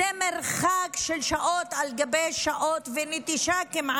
מרחק של שעות על גבי שעות וכמעט נטישה של הילדים,